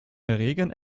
erregern